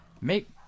make